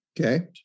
Okay